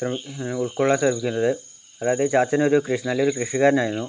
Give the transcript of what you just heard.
ശ്രമി അ ഉൾക്കൊള്ളാൻ ശ്രമിക്കുന്നത് അതായത് ചാച്ചനൊരു കൃഷി നല്ലൊരു കൃഷിക്കാരനായിരുന്നു